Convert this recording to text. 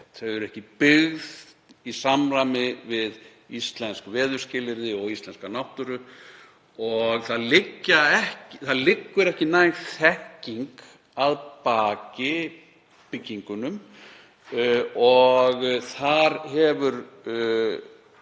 þau eru ekki byggð í samræmi við íslensk veðurskilyrði og íslenska náttúru. Það liggur ekki næg þekking að baki byggingunum og þar hefur